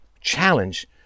challenge